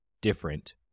different